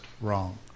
wrong